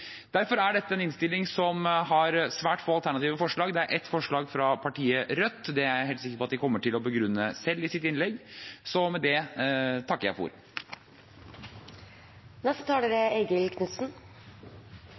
har svært få alternative forslag. Det er et forslag fra partiet Rødt, og det er jeg helt sikker på at de kommer til å begrunne selv i sitt innlegg. Så med det takker jeg for